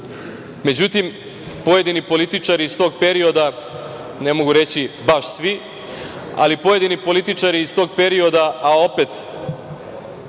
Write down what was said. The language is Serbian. bila.Međutim, pojedini političari iz tog perioda, ne mogu reći baš svi, ali pojedini političari iz tog perioda, a opet